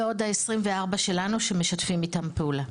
ועוד 24 שלנו, שמשתפים איתם פעולה.